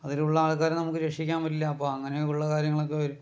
അതിലുള്ള ആൾക്കാരെ നമുക്ക് രക്ഷിക്കാൻ പറ്റില്ല അപ്പോൾ അങ്ങനെയുള്ള കാര്യങ്ങളൊക്കെ വരും